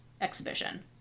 exhibition